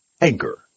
anger